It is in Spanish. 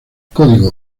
código